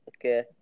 Okay